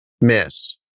miss